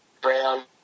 brown